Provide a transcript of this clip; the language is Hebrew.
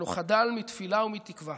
ולא חדל מתפילה ומתקווה